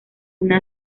una